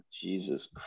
Jesus